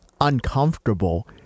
uncomfortable